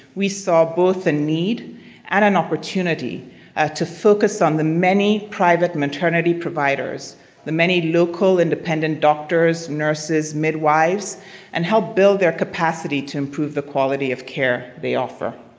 we saw both a need and an opportunity ah to focus on the many private maternity providers the many local independent doctors, nurses, midwives and help build their capacity to improve the quality of care they offer.